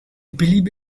believe